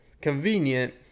convenient